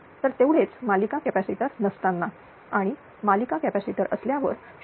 तर तेवढेच मालिका कॅपॅसिटर नसताना आणि मालिका कॅपॅसिटरअसल्यावर 0